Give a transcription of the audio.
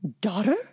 Daughter